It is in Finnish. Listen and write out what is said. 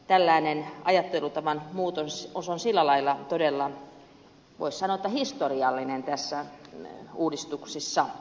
tällainen ajattelutavan muutos on sillä lailla todella voisi sanoa historiallinen näissä uudistuksissa